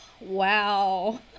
wow